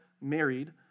married